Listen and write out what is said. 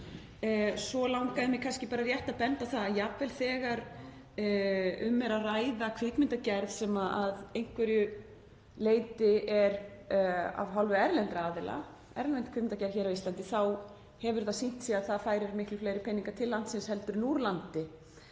Svo langaði mig kannski bara rétt að benda á það að jafnvel þegar um er að ræða kvikmyndagerð sem að einhverju leyti er af hálfu erlendra aðila, erlend kvikmyndagerð á Íslandi, þá hefur það sýnt sig að það færir miklu meiri peninga til landsins en úr landi.